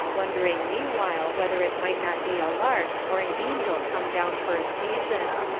wondering meanwhile whether it might not be a lark, or an angel come down for a season.